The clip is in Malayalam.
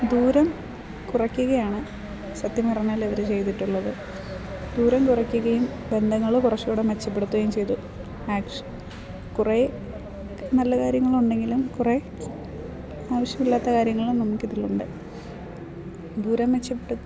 ദൂരം കുറയ്ക്കുകയാണ് സത്യം പറഞ്ഞാൽ ഇവർ ചെയ്തിട്ടുള്ളത് ദൂരം കുറയ്ക്കുകയും ബന്ധങ്ങൾ കുറച്ചൂടെ മെച്ചപ്പെടുത്തുകയും ചെയ്തു ആക്ഷ് കുറെ നല്ല കാര്യങ്ങൾ ഉണ്ടെങ്കിലും കുറെ ആവശ്യമില്ലാത്ത കാര്യങ്ങളും നമുക്ക് ഇതിലുണ്ട് ദൂരം മെച്ചപ്പെടുത്തി